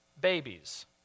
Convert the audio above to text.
babies